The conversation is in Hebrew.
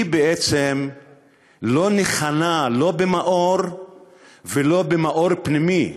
היא בעצם לא ניחנה לא במאור ולא במאור פנימי,